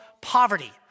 poverty